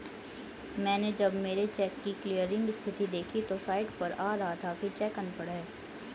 मैनें जब मेरे चेक की क्लियरिंग स्थिति देखी तो साइट पर आ रहा था कि चेक अनपढ़ है